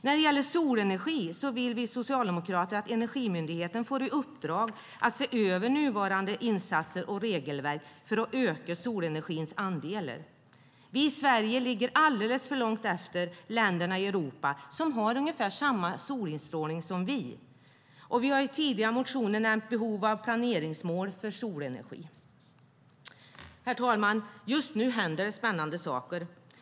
När det gäller solenergi så vill vi socialdemokrater att Energimyndigheten får i uppdrag att se över nuvarande insatser och regelverk för att öka solenergins andelar. Vi i Sverige ligger alldeles för långt efter länderna i Europa som har ungefär samma solinstrålning som vi. Vi har i tidigare motioner nämnt behov av planeringsmål för solenergi. Herr talman! Just nu händer det spännande saker.